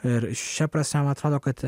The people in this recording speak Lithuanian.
ir šia prasme man atrodo kad